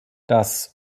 das